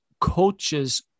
coaches